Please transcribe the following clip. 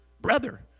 brother